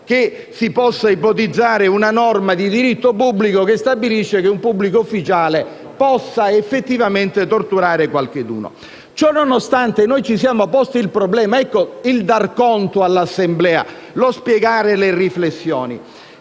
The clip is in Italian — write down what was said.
che si possa ipotizzare una norma di diritto pubblico che stabilisce che un pubblico ufficiale può torturare qualcuno. Ciò nonostante, ci siamo posti il problema - ecco il dare conto all'Assemblea e lo spiegare le riflessioni